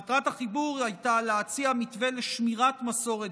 מטרת החיבור הייתה להציע מתווה לשמירת מסורת